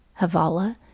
Havala